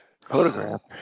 photograph